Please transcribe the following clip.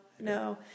no